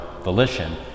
volition